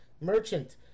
merchant